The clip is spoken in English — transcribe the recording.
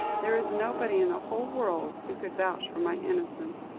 there is nobody in the whole world who could vouch for my innocence.